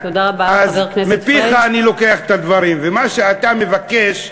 אז מפיך אני לוקח את הדברים, ומה שאתה מבקש,